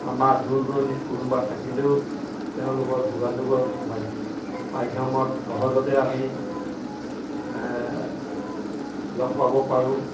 আমাৰ দূৰ দূৰণিত কোনোবা থাকিলেও তেওঁৰ লগত যোগাযোগৰ মাদ্ মাধ্যমত সহজতে আমি লগ পাব পাৰোঁ